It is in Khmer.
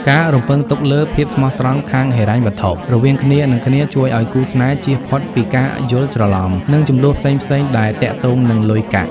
ការរំពឹងទុកលើ "ភាពស្មោះត្រង់ខាងហិរញ្ញវត្ថុ" រវាងគ្នា និងគ្នា ជួយឱ្យគូស្នេហ៍ជៀសផុតពីការយល់ច្រឡំ និងជម្លោះផ្សេងៗដែលទាក់ទងនឹងលុយកាក់។